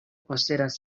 posedas